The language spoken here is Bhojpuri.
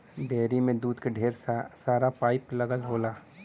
डेयरी में दूध क ढेर सारा पाइप लगल होला